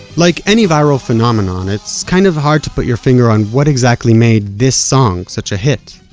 like any viral phenomenon, it's kind of hard to put your finger on what exactly made this song such a hit.